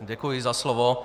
Děkuji za slovo.